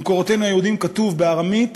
במקורותינו היהודיים כתוב בארמית